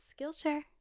Skillshare